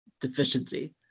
deficiency